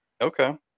okay